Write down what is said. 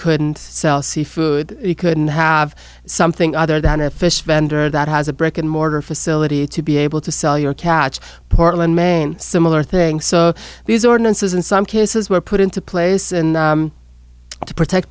couldn't sell seafood you couldn't have something other than a fish vendor that has a brick and mortar facility to be able to sell your catch portland maine similar thing so these ordinances in some cases were put into place to protect